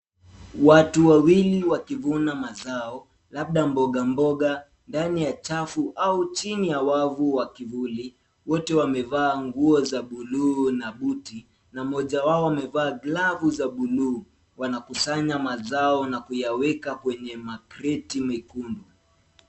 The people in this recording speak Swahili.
Watu wawili wakivuna mazao labda mboga mboga ndani ya chafu au chini ya wavu wa kivuli. Wote wamevaa nguo za buluu na buti na mmoja wao amevaa glavu za buluu wanakusanya mazao na kuyaweka kwenye makreti mekundu.